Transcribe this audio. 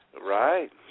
Right